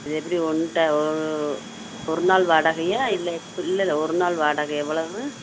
இது எப்படி ஒன்ட ஒரு நாள் வாடகையா இல்லை இல்லை இல்லை ஒரு நாள் வாடகை எவ்வளவு